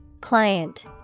Client